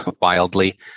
wildly